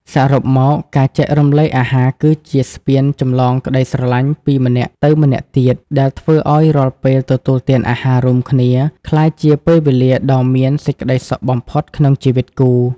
សរុបមក ការចែករំលែកអាហារគឺជាស្ពានចម្លងក្ដីស្រឡាញ់ពីម្នាក់ទៅម្នាក់ទៀត ដែលធ្វើឱ្យរាល់ពេលទទួលទានអាហាររួមគ្នា ក្លាយជាពេលវេលាដ៏មានសេចក្ដីសុខបំផុតក្នុងជីវិតគូ។